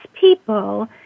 people